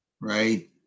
right